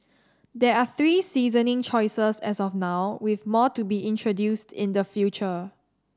there are three seasoning choices as of now with more to be introduced in the future